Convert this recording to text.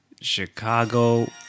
Chicago